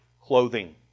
clothing